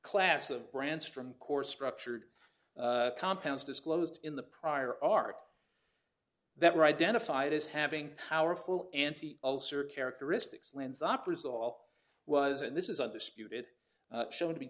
class of brands from course structured compounds disclosed in the prior art that were identified as having powerful anti ulcer characteristics lens opera's all was and this is under spewed it shown to be